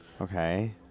Okay